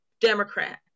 Democrat